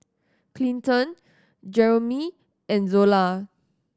Clinton Jeromy and Zola